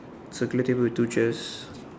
circular table with two chairs